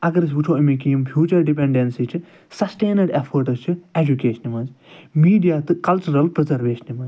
اگر أسۍ وُچھَو أمیکۍ یِم فیوٗچَر ڈِپٮ۪نڈینسی چھِ سَسٹینٕڈ اٮ۪فٲٹٕس چھِ اٮ۪جوٗکیشنہِ منٛز میٖڈیا تہٕ کَلچَرَل پٕزَرویشنہِ منٛز